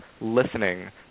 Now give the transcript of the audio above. listening